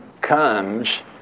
comes